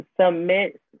submit